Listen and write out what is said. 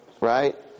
right